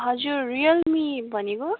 हजुर रियलमी भनेको